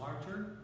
larger